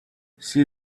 see